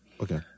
Okay